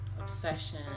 obsession